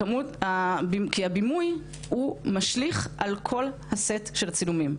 כי הבימוי הוא משליך על כל הסט של הצילומים.